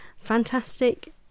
fantastic